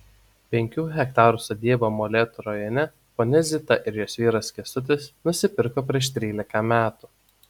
penkių hektarų sodybą molėtų rajone ponia zita ir jos vyras kęstutis nusipirko prieš trylika metų